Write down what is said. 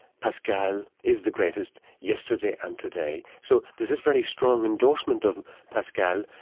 pascal is the greatest yesterday and today, so there's this very strong endorsement of pascal.